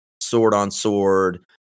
sword-on-sword